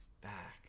back